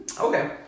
Okay